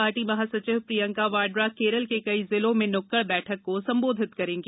party महासचिव प्रियंका वाड्रा केरल के कई जिलों में नुक्कड बैठक को संबोधित करेंगी